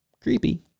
creepy